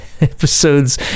Episodes